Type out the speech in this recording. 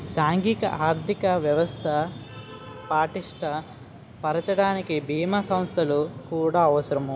సాంఘిక ఆర్థిక వ్యవస్థ పటిష్ట పరచడానికి బీమా సంస్థలు కూడా అవసరం